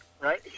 right